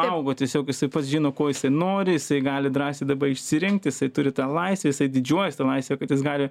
augo tiesiog jisai pats žino ko jisai nori jisai gali drąsiai dabar išsirinkt jisai turi tą laisvę jisai didžiuojasi ta laisve kad jis gali